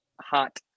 hot